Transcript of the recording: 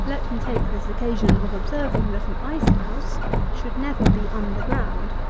let me take this occasion of observing, that an ice-house should never be under ground,